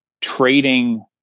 trading